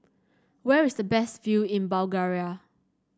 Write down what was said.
where is the best view in Bulgaria